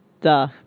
Duh